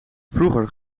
vroeger